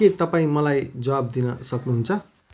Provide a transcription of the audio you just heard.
के तपाईँ मलाई जवाफ दिन सक्नुहुन्छ